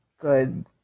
good